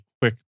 quick